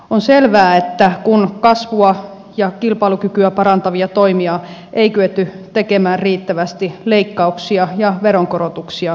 on selvää että kun kasvua ja kilpailukykyä parantavia toimia ei kyetty tekemään riittävästi leikkauksia ja veronkorotuksia seuraa